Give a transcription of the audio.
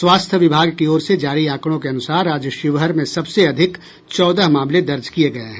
स्वास्थ्य विभाग की ओर से जारी आंकड़ों के अनुसार आज शिवहर में सबसे अधिक चौदह मामले दर्ज किये गये हैं